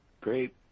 Great